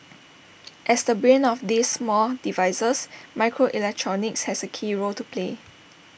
as the brain of these small devices microelectronics has A key role to play